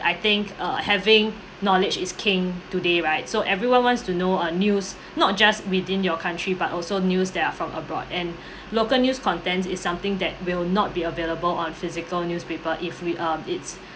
I think uh having knowledge is king today right so everyone wants to know uh news not just within your country but also news that are from abroad and local news content is something that will not be available on physical newspaper if we um it's